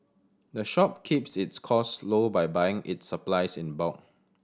the shop keeps its cost low by buying its supplies in bulk